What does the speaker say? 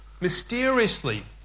mysteriously